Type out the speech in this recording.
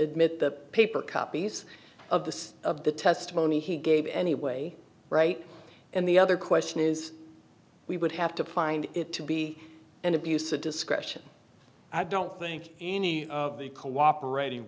admit the paper copies of the of the testimony he gave anyway right and the other question is we would have to find it to be an abuse of discretion i don't think any of the cooperating